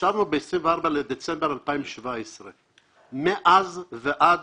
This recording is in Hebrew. אישרנו ב-24 בדצמבר 2017. מאז ועד